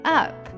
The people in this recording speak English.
up